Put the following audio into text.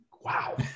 wow